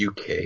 UK